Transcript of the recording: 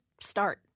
start